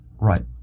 Right